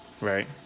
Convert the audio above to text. right